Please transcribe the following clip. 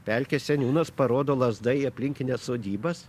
pelkė seniūnas parodo lazda į aplinkines sodybas